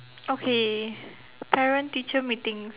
okay parent teacher meetings